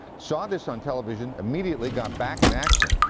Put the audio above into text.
saw this on television, immediately got back in action.